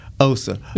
Osa